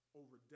over